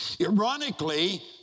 Ironically